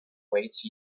为期